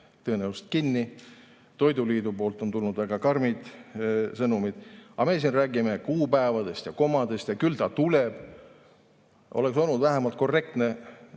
tõenäoliselt kinni. Toiduliidult on tulnud väga karmid sõnumid. Aga meie siin räägime kuupäevadest ja komadest ja ütleme, et küll ta tuleb. Oleks olnud vähemalt korrektne